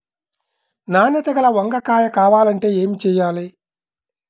నాణ్యత గల వంగ కాయ కావాలంటే ఏమి చెయ్యాలి?